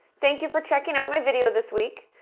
thank you for checking out my video this week.